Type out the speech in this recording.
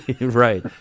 right